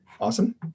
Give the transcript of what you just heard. Awesome